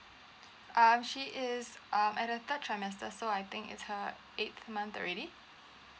err she is uh at the third trimester so I think it's her eighth month already